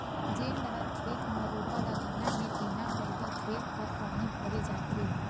जेन डहर खेत म रोपा लगाना हे तिहा पहिली खेत भर पानी भरे जाथे